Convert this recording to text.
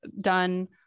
done